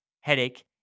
headache